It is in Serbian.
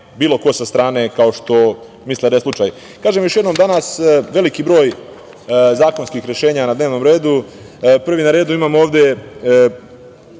bilo ko sa strane, kao što misle da je slučaj. Kažem još jednom danas veliki broj zakonskih rešenja na dnevnom redu. Prvi na redu je